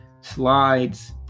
slides